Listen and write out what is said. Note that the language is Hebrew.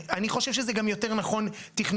אני חושב שזה גם יותר נכון תכנונית.